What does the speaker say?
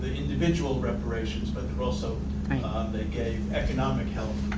individual reparations, but also um they gave economic help,